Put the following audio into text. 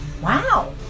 wow